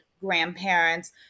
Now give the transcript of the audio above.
grandparents